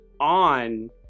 on